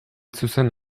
zuzen